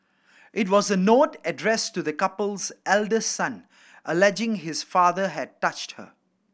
it was a note addressed to the couple's eldest son alleging his father had touched her